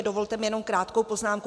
Dovolte mi jenom krátkou poznámku.